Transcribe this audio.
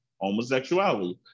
Homosexuality